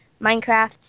Minecraft